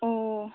औ